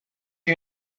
you